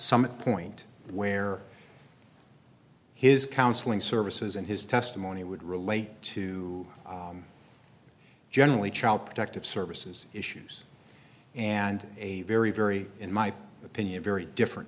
some point where his counseling services and his testimony would relate to generally child protective services issues and a very very in my point opinion very different